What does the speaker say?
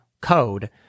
code